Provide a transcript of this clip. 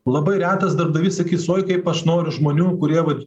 labai retas darbdavys sakys oi kaip aš noriu žmonių kurie vat